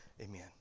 amen